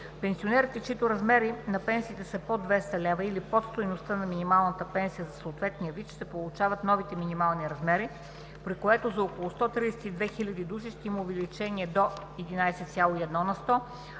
Пенсионерите, чиито размери на пенсиите са под 200 лв. или под стойността на минималната пенсия за съответния вид, ще получават новите минимални размери, при което за около 132 хиляди души ще има увеличение до 11,1 на сто,